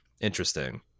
interesting